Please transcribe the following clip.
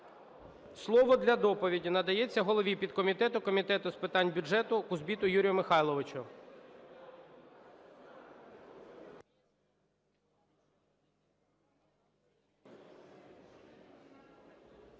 Слово для доповіді надається голові підкомітету Комітету з питань бюджету Кузбиту Юрію Михайловичу.